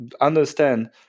understand